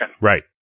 Right